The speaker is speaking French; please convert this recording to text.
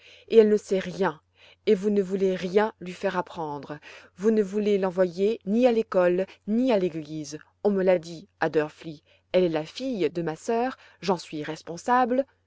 et elle ne sait rien et vous ne voulez rien lui faire apprendre vous ne voulez l'envoyer ni à l'école ni à l'église on me l'a dit à drfli elle est la fille de ma sœur j'en suis responsable